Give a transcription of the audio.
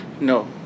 no